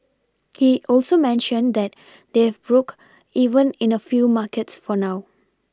he also mentioned that they've broke even in a few markets for now